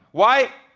why?